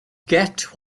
get